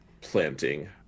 planting